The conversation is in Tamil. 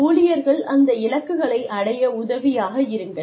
ஊழியர்கள் அந்த இலக்குகளை அடைய உதவியாக இருங்கள்